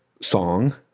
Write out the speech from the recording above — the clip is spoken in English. song